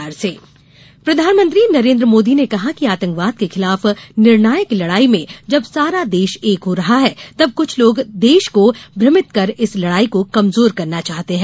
मोदी धार प्रधानमंत्री नरेंद्र मोदी ने कहा है कि आतंकवाद के खिलाफ निर्णायक लड़ाई में जब सारा देश एक हो रहा है तब कुछ लोग देश को भ्रमित कर इस लड़ाई को कमजोर करना चाहते हैं